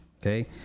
Okay